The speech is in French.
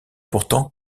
pourtant